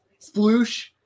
Sploosh